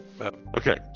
okay